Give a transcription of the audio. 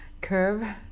curve